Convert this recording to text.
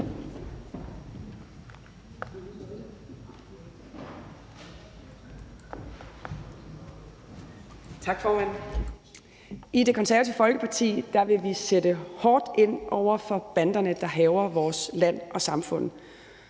Tak, formand. I Det Konservative Folkeparti vil vi sætte hårdt ind over for banderne, der hærger vores land og samfund,